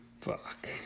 Fuck